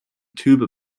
tuba